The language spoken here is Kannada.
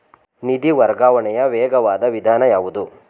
ನಿಧಿ ವರ್ಗಾವಣೆಯ ವೇಗವಾದ ವಿಧಾನ ಯಾವುದು?